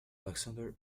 alexander